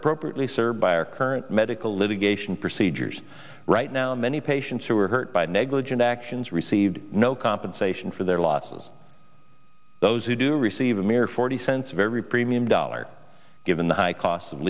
appropriately served by our current medical litigation procedures right now many patients who were hurt by negligent actions received no compensation for their losses those who do receive a mere forty cents of every premium dollar given the high cost of